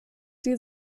die